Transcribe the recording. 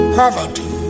poverty